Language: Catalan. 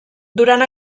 durant